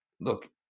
look